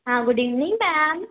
हाँ good evening ma'am